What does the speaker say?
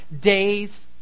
days